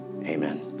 Amen